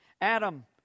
Adam